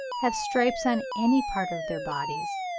have stripes on any part of their bodies,